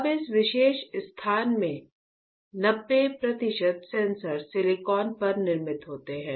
अब इस विशेष स्थान में 90 प्रतिशत सेंसर सिलिकॉन पर निर्मित होते हैं